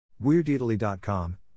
WeirdItaly.com